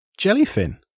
Jellyfin